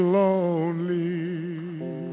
lonely